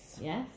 Yes